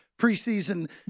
preseason